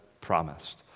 promised